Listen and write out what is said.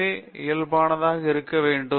பேராசிரியர் பிரதாப் ஹரிதாஸ் சரி